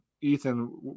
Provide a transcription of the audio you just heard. Ethan